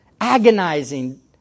agonizing